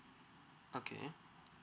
okay